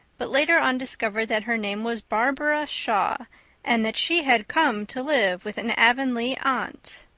but later on discovered that her name was barbara shaw and that she had come to live with an avonlea aunt.